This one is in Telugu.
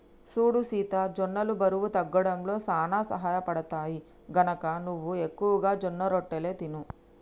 సూడు సీత జొన్నలు బరువు తగ్గడంలో సానా సహయపడుతాయి, గనక నువ్వు ఎక్కువగా జొన్నరొట్టెలు తిను